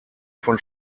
von